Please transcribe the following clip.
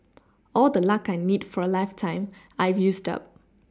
all the luck I need for a lifetime I've used up